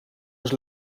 eens